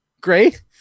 great